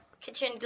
Kitchen